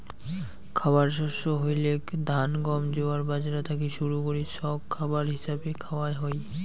খাবার শস্য হইলেক ধান, গম, জোয়ার, বাজরা থাকি শুরু করি সৌগ খাবার হিছাবে খাওয়া হই